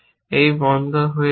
এই বন্ধ যায়